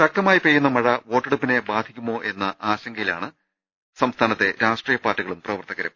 ശക്തമായിപെയ്യുന്ന മഴ വോട്ടെടുപ്പിനെ ബാധിക്കുമോയെന്ന ആശങ്ക യിലാണ് രാഷ്ട്രീയ പാർട്ടികളും പ്രവർത്തകരും